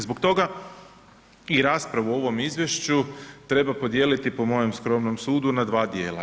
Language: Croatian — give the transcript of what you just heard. Zbog toga i raspravu o ovom izvješću treba podijeliti po mojem skromnom sudu na dva dijela.